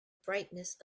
brightness